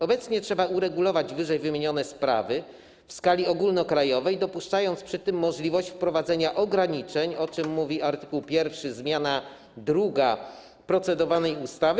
Obecnie trzeba uregulować ww. sprawy w skali ogólnokrajowej, dopuszczając przy tym możliwość wprowadzenia ograniczeń, o czym mówi art. 1 zmiana 2. procedowanej ustawy.